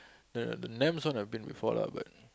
the the names have been before lah but